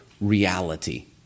reality